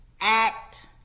act